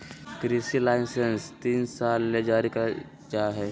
कृषि लाइसेंस तीन साल ले जारी कइल जा हइ